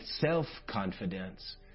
self-confidence